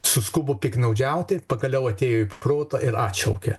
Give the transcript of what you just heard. suskubo piktnaudžiauti pagaliau atėjo į protą ir atšaukė